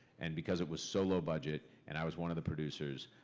and because it was so low-budget, and i was one of the producers,